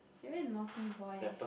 you very naughty boy leh